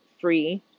free